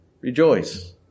Rejoice